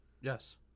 Yes